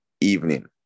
evening